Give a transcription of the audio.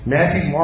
Matthew